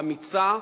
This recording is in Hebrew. אמיצה,